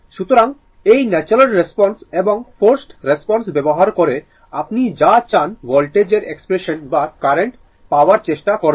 সুতরাং এই natural response এবং ফোর্সড রেসপন্স ব্যবহার করে আপনি যা চান ভোল্টেজ এর এক্সপ্রেশন বা কারেন্ট পাওয়ার চেষ্টা করবেন